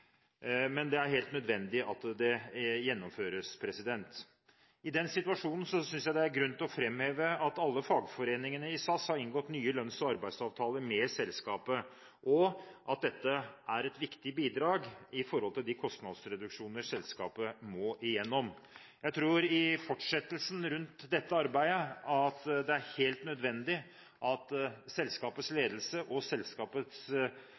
det er helt nødvendig at det gjennomføres. I den situasjonen synes jeg det er grunn til å framheve at alle fagforeningene i SAS har inngått nye lønns- og arbeidsavtaler med selskapet, og at dette er et viktig bidrag når det gjelder de kostnadsreduksjoner selskapet må gjennom. Jeg tror at det i fortsettelsen av dette arbeidet er helt nødvendig at selskapets ledelse og